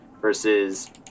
versus